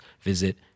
visit